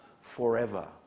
forever